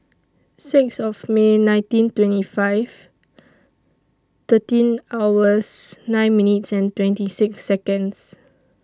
six of May nineteen twenty five thirteen hours nine minutes twenty six Seconds